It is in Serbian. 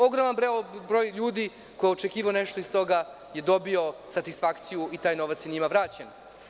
Ogroman broj ljudi koji je očekivao nešto iz toga je dobio satisfakciju i taj novac je njima vraćen.